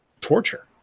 torture